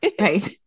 right